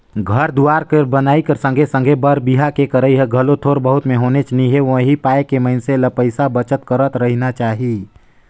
घर दुवार कर बनई कर संघे संघे बर बिहा के करई हर घलो थोर बहुत में होनेच नी हे उहीं पाय के मइनसे ल पइसा बचत करत रहिना चाही